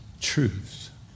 truth